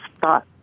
thought